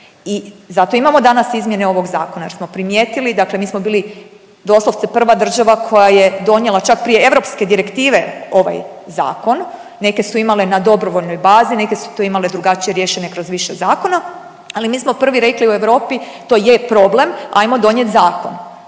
I zato imamo izmjene ovog zakona jer smo primijetili dakle mi smo bili doslovce prva država koja je donijela čak prije europske direktive ovaj zakon, neke su imale na dobrovoljnoj bazi, neke su to imale drugačije riješene kroz više zakona, ali mi smo prvi rekli u Europi to je problem, ajmo donijet zakon.